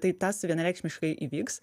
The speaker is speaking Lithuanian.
tai tas vienareikšmiškai įvyks